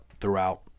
throughout